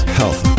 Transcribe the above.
health